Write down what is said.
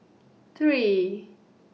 three